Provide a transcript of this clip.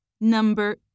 Number